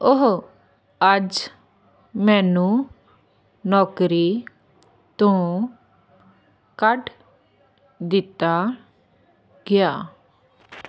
ਓਹ ਅੱਜ ਮੈਨੂੰ ਨੌਕਰੀ ਤੋਂ ਕੱਢ ਦਿੱਤਾ ਗਿਆ